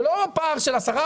זה לא פער של 10%,